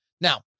Now